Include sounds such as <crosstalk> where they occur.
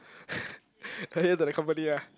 <laughs> value add to the company ah